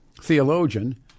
theologian